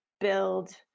build